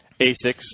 ASICS